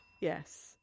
Yes